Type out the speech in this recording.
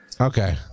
okay